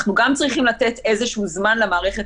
אנחנו גם צריכים לתת איזשהו זמן למערכת